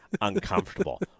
uncomfortable